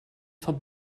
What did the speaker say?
vom